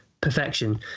perfection